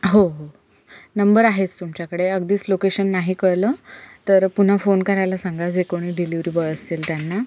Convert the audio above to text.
हो हो नंबर आहेच तुमच्याकडे अगदीच लोकेशन नाही कळलं तर पुन्हा फोन करायला सांगा जे कोणी डिलिवरी बॉय असतील त्यांना